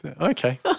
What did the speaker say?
Okay